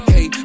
Hey